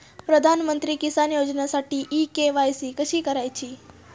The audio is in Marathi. प्रधानमंत्री किसान योजनेसाठी इ के.वाय.सी कशी करायची?